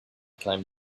climbed